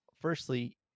firstly